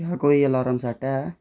क्या कोई alarm set ऐ